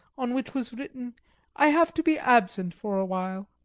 on which was written i have to be absent for a while.